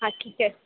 ہاں ٹھیک ہے